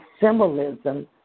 symbolism